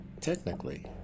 technically